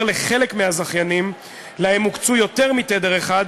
לחלק מהזכיינים שלהם הוקצו יותר מתדר אחד,